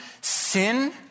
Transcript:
sin